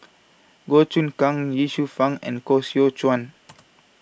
Goh Choon Kang Ye Shufang and Koh Seow Chuan